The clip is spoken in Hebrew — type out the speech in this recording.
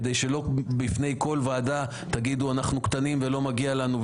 כדי שלא בפני כל ועדה תגידו: אנחנו קטנים ולא מגיע לנו,